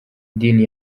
idini